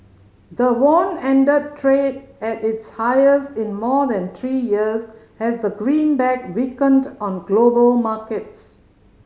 the won ended trade at its highest in more than three years as the greenback weakened on global markets